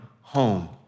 home